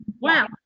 Wow